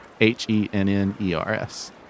H-E-N-N-E-R-S